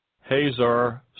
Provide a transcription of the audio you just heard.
Hazar